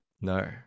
No